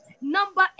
Number